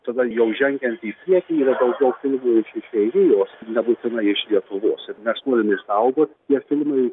tada jau žengiant į priekį yra daugiau filmų iš išeivijos nebūtinai iš lietuvos ir mes norim išsaugot tie filmai